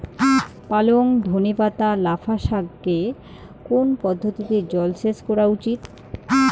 পালং ধনে পাতা লাফা শাকে কোন পদ্ধতিতে জল সেচ করা উচিৎ?